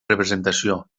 representació